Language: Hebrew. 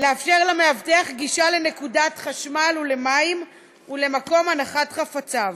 לאפשר למאבטח גישה לנקודת חשמל ולמים ומקום להנחת חפציו.